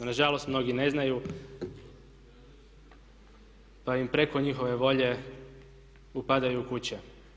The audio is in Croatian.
Nažalost mnogi ne znaju pa im preko njihove volje upadaju u kuće.